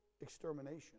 extermination